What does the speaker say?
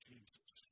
Jesus